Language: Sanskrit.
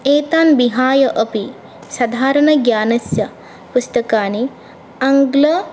एतान् विहाय अपि साधारणज्ञानस्य पुस्तकानि आङ्ग्ल